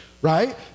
right